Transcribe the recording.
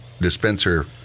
dispenser